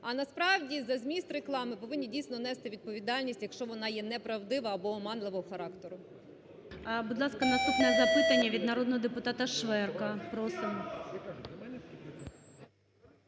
А насправді за зміст реклами повинні дійсно нести відповідальність, якщо вона є неправдива або оманливого характеру.